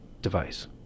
device